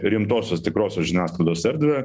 rimtosios tikrosios žiniasklaidos erdvę